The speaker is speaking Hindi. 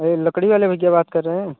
अरे लकड़ी वाले भैया बात कर रहे हैं